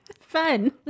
Fun